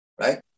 right